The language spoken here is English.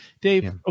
Dave